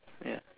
ya